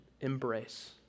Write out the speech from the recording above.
embrace